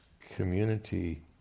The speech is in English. community